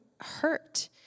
hurt